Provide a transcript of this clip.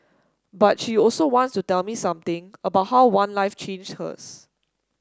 but she also wants to tell me something about how one life changed hers